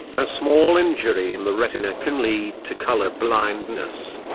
a small injury in the retina can lead to color blindness.